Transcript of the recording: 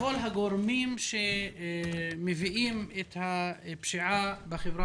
לכל הגורמים שמביאים את הפשיעה בחברה